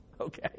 Okay